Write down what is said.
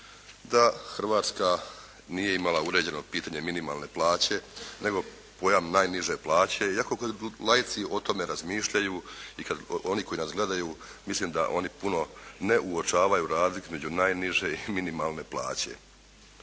da Hrvatska nije imala uređeno pitanje minimalne plaće nego pojam najniže plaće iako laici o tome razmišljaju i kad oni koji nas gledaju mislim da oni puno ne uočavaju razlike između najniže i minimalne plaće.